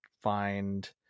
find